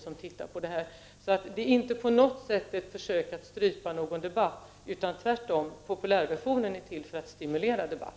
Det har inte på något sätt varit ett försök att strypa debatten. Tvärtom är populärversionen till för att stimulera till debatt.